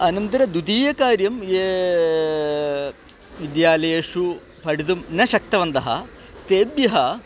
अनन्तरं द्वितीयकार्यं ये विद्यालयेषु पठितुं न शक्तवन्तः तेभ्यः